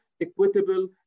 equitable